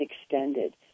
extended